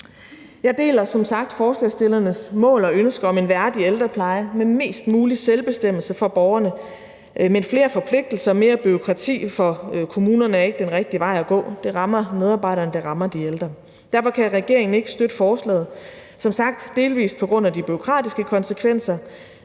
som sagt forslagsstillernes mål og ønske om en værdig ældrepleje med mest mulig selvbestemmelse for borgerne, men flere forpligtelser og mere bureaukrati for kommunerne er ikke den rigtige vej at gå. Det rammer medarbejderne, og det rammer de ældre. Derfor kan regeringen ikke støtte forslaget. Det er som sagt delvis på grund af de bureaukratiske konsekvenser